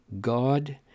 God